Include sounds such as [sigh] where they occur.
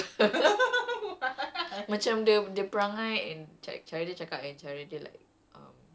as in I didn't say it macam explicitly but I was like dia baru keluar dari sandiwara ke apa [laughs]